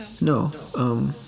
No